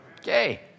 okay